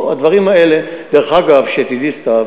דרך אגב, שתדעי, סתיו,